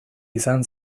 izan